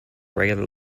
regular